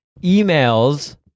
emails